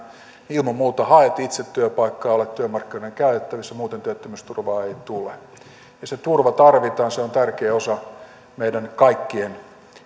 ilman muuta haet itse työpaikkaa olet työmarkkinoiden käytettävissä muuten työttömyysturvaa ei tule ja se turva tarvitaan se on tärkeä osa meidän kaikkien